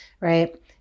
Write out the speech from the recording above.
right